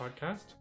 podcast